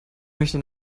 möchte